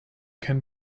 can